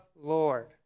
Lord